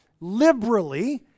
liberally